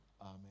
amen